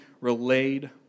relayed